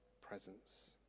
presence